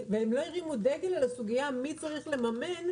והם לא הרימו דגל על הסוגיה מי צריך לממן,